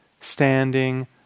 standing